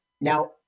Now